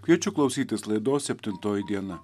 kviečiu klausytis laidos septintoji diena